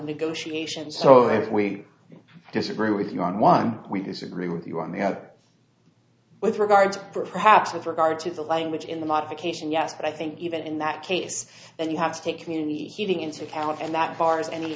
negotiation so if we disagree with you on one we disagree with you on the other with regards perhaps with regard to the language in the modification yes but i think even in that case you have to take community healing into account and that farmers an